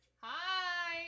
hi